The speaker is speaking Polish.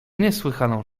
niesłychaną